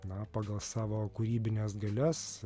na pagal savo kūrybines galias